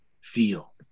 feel